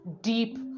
deep